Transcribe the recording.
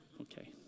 Okay